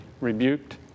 rebuked